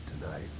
tonight